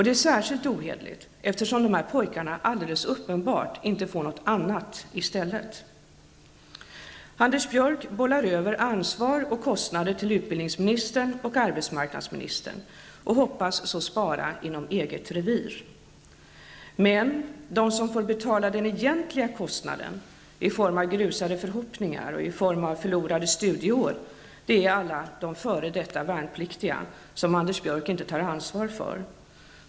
Det är särskilt ohederligt eftersom dessa pojkar uppenbarligen inte får något annat i stället. Anders Björck bollar över ansvar och kostnader till utbildningsministern och arbetsmarknadsministern och hoppas därigenom spara inom eget revir. Men de som får betala den egentliga kostnaden i form av grusade förhoppningar och förlorade studieår är alla de f.d. värnpliktiga som Anders Björck inte tar ansvar för.